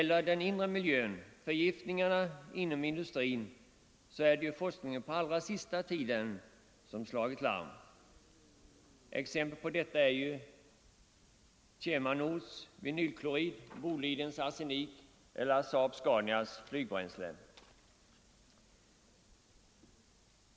Och vad den inre miljön beträffar, förgiftningarna inom industrin, har ju forskarna först på allra sista tiden slagit larm. Exempel på detta är KemaNords vinylklorid, Bolidens arsenik och Saab-Scanias flygbränsle.